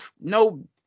no